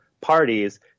parties